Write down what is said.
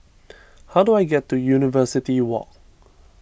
how do I get to University Walk